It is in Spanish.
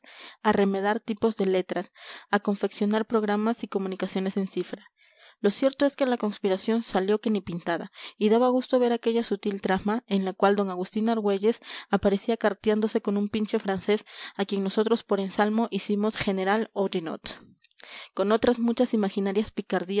remedar tipos de letra a confeccionar programas y comunicaciones en cifra lo cierto es que la conspiración salió que ni pintada y daba gusto ver aquella sutil trama en la cual d agustín argüelles aparecía carteándose con un pinche francés a quien nosotros por ensalmo hicimos general oudinot con otras muchas imaginarias picardías